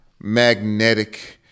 magnetic